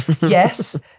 Yes